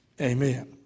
Amen